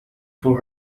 for